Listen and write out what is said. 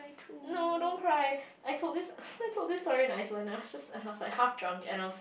no don't cry I thought this I thought this very nice one lah half drunk and I was